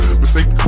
mistake